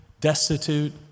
destitute